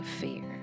fear